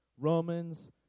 Romans